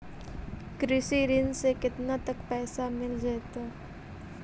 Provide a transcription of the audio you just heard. कृषि ऋण से केतना तक पैसा मिल जइतै?